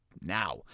Now